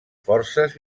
forces